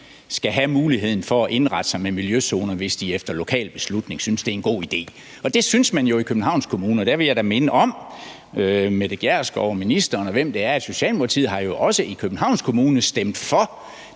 skal have muligheden for at indrette sig med miljøzoner, hvis de efter lokal beslutning synes, det er en god idé. Det synes man jo i Københavns Kommune, og der vil jeg da minde Mette Gjerskov og ministeren, og hvem det er, om, at Socialdemokratiet jo også i Københavns Kommune har stemt for